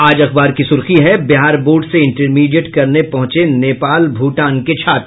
आज अखबार की सुर्खी है बिहार बोर्ड से इंटरमीडिएट करने पहुंचे नेपाल भूटान के छात्र